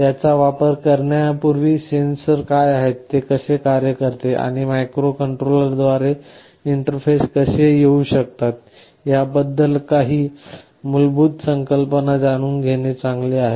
त्यांचा वापर करण्यापूर्वी सेन्सर्स काय आहेत ते कसे कार्य करतात आणि मायक्रोकंट्रोलरद्वारे इंटरफेस कसे येऊ शकतात याबद्दल काही मूलभूत कल्पना जाणून घेणे चांगले आहे